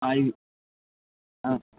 ఆయ్